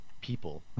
people